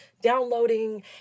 downloading